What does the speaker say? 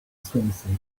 swimsuit